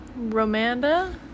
Romanda